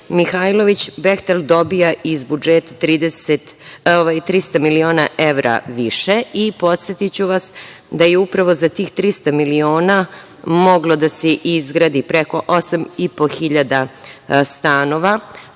Mihajlović, "Behtel" dobija iz budžeta 300 miliona evra više. Podsetiću vas da je upravo za tih 300 miliona moglo da se izgradi preko osam